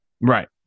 Right